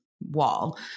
wall